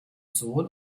sohn